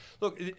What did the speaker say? Look